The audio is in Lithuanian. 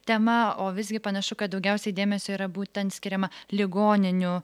tema o visgi panašu kad daugiausiai dėmesio yra būtent skiriama ligoninių